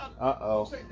Uh-oh